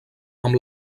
amb